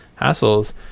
hassles